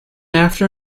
after